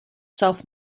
self